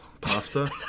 pasta